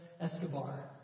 Escobar